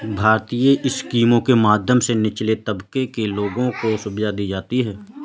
भारतीय स्कीमों के माध्यम से निचले तबके के लोगों को सुविधा दी जाती है